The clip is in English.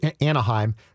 Anaheim